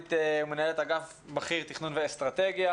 סמנכ"לית ומנהלת אגף בכיר תכנון ואסטרטגיה.